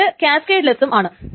ഇത് ക്യാസ്കേട്ലെസ്സും ആണ്